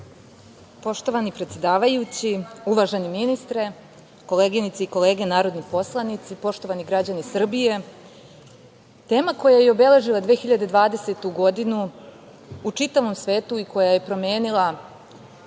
Poštovani predsedavajući, uvaženi ministre, koleginice i kolege narodni poslanici, poštovani građani Srbije, tema koja je obeležila 2020. godinu u čitavom svetu i koja je promenila